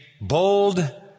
bold